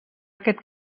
aquest